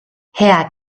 herr